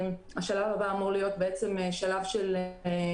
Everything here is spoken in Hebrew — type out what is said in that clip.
השלב הבא אמור להיות שלב של חנויות,